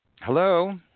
Hello